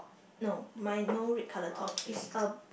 no mine no red colour top is a